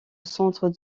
centre